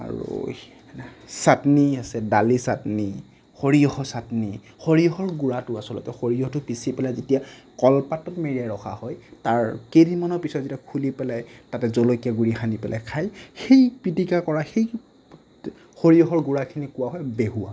আৰু চাটনি আছে দালি চাটনি সৰিয়হৰ চাটনি সৰিয়হৰ গুৰাটো আচলতে সৰিহয়টো তিয়াই পিচি পেলাই যেতিয়া কলপাতত মেৰিয়াই ৰখা হয় তাৰ কেইদিনমানৰ পিছত যেতিয়া খুলি পেলাই তাতে জলকীয়া গুৰি সানি পেলাই খাই সেই পিটিকা কৰা সেই সৰিয়হৰ গুৰাখিনিক কোৱা হয় বেহুৱা